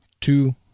Two